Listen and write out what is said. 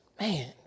Man